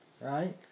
Right